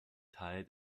teil